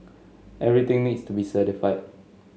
everything needs to be certified